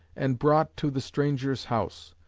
and brought to the strangers' house,